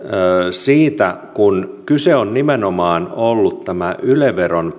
siitä kun kyse on nimenomaan ollut tästä yle veron